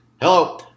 Hello